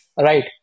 Right